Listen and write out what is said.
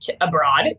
abroad